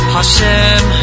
Hashem